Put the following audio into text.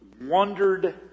wondered